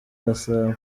gasabo